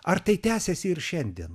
ar tai tęsiasi ir šiandien